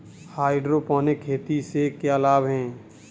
Hydroponic खेती से क्या लाभ हैं?